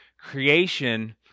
creation